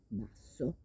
basso